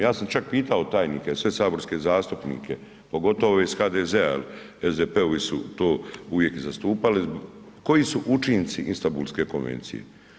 Ja sam čak pitao tajnike, sve saborske zastupnike, pogotovo ove iz HDZ-a, SDP-ovi su to uvijek i zastupali, koji su učinci Istambulske konvencije?